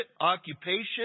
occupation